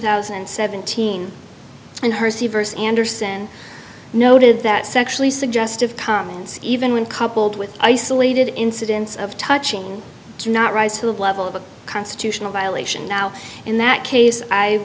thousand and seventeen and hersey verse anderson noted that sexually suggestive comments even when coupled with isolated incidents of touching do not rise to the level of a constitutional violation now in that case i